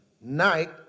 Night